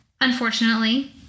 Unfortunately